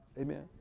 Amen